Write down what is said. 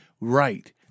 Right